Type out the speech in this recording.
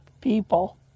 people